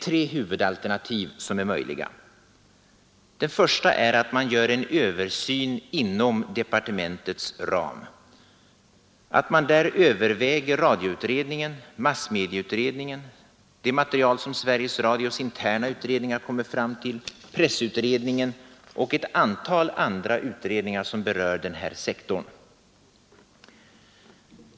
Tre huvudalternativ är möjliga. Det första är att man gör en översyn inom departementets ram, varvid man överväger radioutredningen, massmedieutredningen, det material som Sveriges Radios interna utredningar kommer fram till, pressutredningen och ett antal andra utredningar som berör den här sektorn.